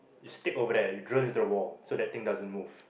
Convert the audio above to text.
you stick over there you drill into the wall so that thing doesn't move